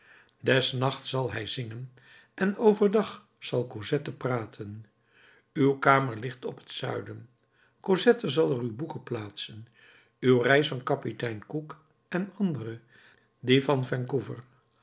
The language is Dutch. des nachts zal hij zingen en over dag zal cosette praten uw kamer ligt op het zuiden cosette zal er uw boeken plaatsen uw reis van kapitein cook en de andere die van